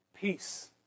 peace